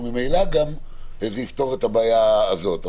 וממילא גם זה יפתור את הבעיה הזאת.